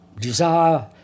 desire